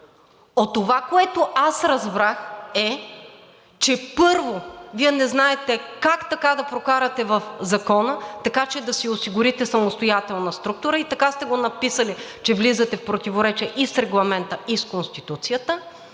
От това, което аз разбрах, е, че, първо, Вие не знаете как така да прокарате в Закона, така, че да си осигурите самостоятелна структура, и така сте го написали, че влизате в противоречие и с Регламента, и с Конституцията.